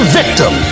victim